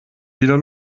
wieder